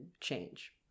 change